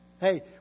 hey